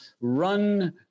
run